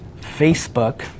Facebook